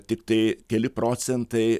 tiktai keli procentai